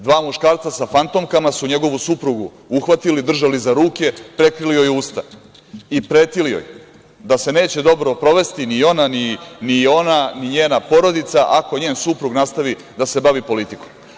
Dva muškarca sa fantomkama su njegovu suprugu uhvatili, držali za ruke, prekrili joj usta i pretili joj da se neće dobro provesti ni ona ni njena porodica ako njen suprug nastavi da se bavi politikom.